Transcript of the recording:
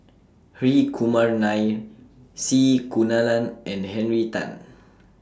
Hri Kumar Nair C Kunalan and Henry Tan